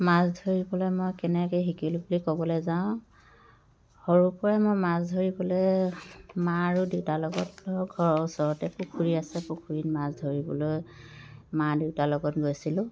মাছ ধৰিবলৈ মই কেনেকৈ শিকিলোঁ বুলি ক'বলৈ যাওঁ সৰুৰপৰাই মই মাছ ধৰিবলৈ মা আৰু দেউতাৰ লগত ধৰক ঘৰৰ ওচৰতে পুখুৰী আছে পুখুৰীত মাছ ধৰিবলৈ মা দেউতাৰ লগত গৈছিলোঁ